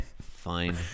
Fine